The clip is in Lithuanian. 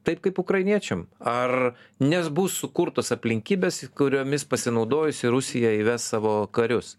taip kaip ukrainiečiam ar nes bus sukurtos aplinkybės kuriomis pasinaudojusi rusija įves savo karius